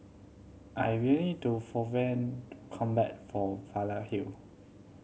I am waiting for come back from Leyden Hill